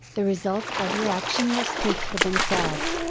the results of your action will speak for themselves,